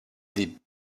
des